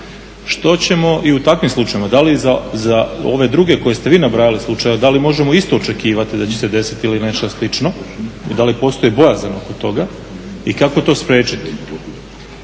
Što ćemo i u takvim slučajevima, da li za ove druge koje ste vi nabrajali slučajeve, da li možemo isto očekivati da će se desiti ili nešto slično i da li postoji bojazan oko toga i kako to spriječiti.